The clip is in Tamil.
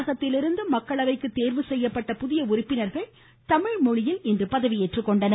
தமிழகத்திலிருந்து மக்களவைக்குத் தேர்வு செய்யப்பட்ட புதிய உறுப்பினர்கள் தமிழ் மொழியில் பதவியேற்றுக்கொண்டனர்